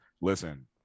listen